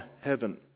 heaven